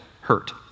hurt